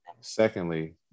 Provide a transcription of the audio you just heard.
secondly